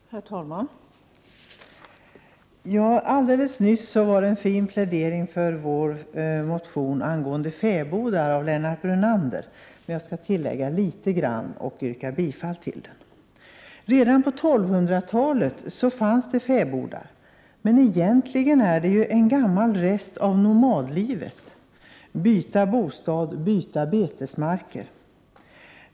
Herr talman! Alldeles nyss fick vi höra en fin plädering av Lennart Brunander för vår motion om fäbodar. Jag skall tillägga litet och yrka bifall till den. Redan på 1200-talet fanns fäbodar, men egentligen är de en gammal rest av nomadlivet: byta bostad — byta betesmarker.